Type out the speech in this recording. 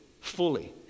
Fully